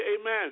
amen